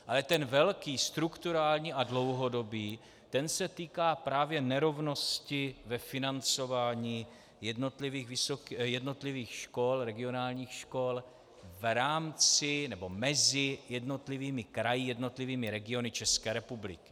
Ale ten velký strukturální a dlouhodobý, ten se týká právě nerovnosti ve financování jednotlivých škol, regionálních škol, v rámci nebo mezi jednotlivými kraji, jednotlivými regiony České republiky.